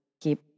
keep